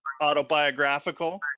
autobiographical